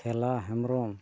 ᱠᱷᱮᱞᱟ ᱦᱮᱢᱵᱨᱚᱢ